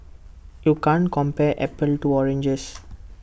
you can't compare apples to oranges